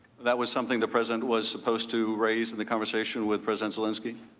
that was something the president was supposed to raise in the conversation with president zelensky?